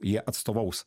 jie atstovaus